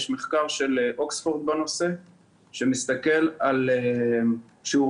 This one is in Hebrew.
יש מחקר של אוקספורד בנושא שמסתכל על שיעורי